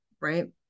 right